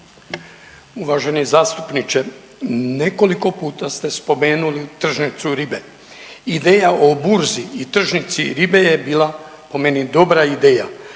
Uvaženi zastupniče, nekoliko puta ste spomenuli tržnicu ribe. Ideja o burzi i tržnici ribe je bila po meni dobra ideja,